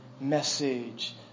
message